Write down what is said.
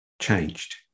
changed